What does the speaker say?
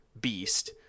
beast